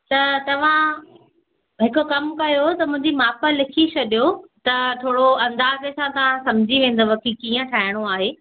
त तव्हां हिकु कमु कयो त मुंहिंजी माप लिखी छॾियो त थोरो अंदाज़े सां त समुझी वेंदव की कीअं ठाहिणो आहे